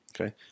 Okay